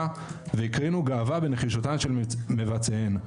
והקרינו גאווה בנחישותם של מבצעיהן,